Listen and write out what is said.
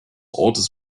ortes